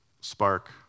spark